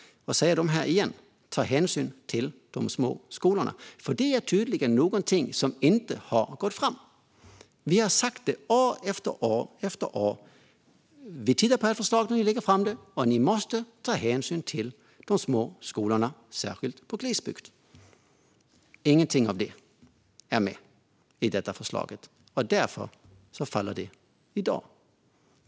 Jag säger dem igen: hänsyn till de små skolorna, för detta är tydligen något som inte har gått fram. Vi har sagt år efter år att vi ska titta på förslag som läggs fram och att dessa måste ta hänsyn till de små skolorna, särskilt i glesbygd. Ingenting av detta finns med i förslaget, och därför faller det i dag.